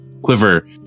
quiver